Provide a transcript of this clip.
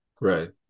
Right